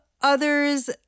others